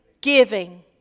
giving